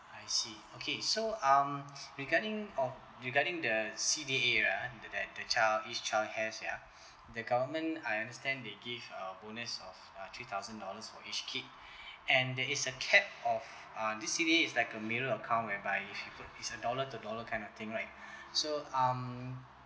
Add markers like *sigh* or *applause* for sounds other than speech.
I see okay so um regarding of regarding the C_D_A ya the the child each child has ya the government I understand they give uh bonus of uh three thousand dollars for each kid and there is a cap of uh this C_D_A is like a mirror account whereby *laughs* it's a dollar to dollar kind of thing right so um